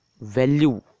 value